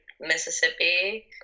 Mississippi